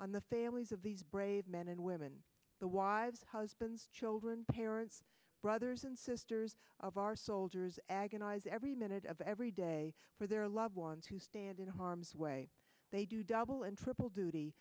on the families of these brave men and women the wives husbands children parents brothers and sisters of our soldiers agonize every minute of every day for their loved ones who stand in harm's way they do double and triple duty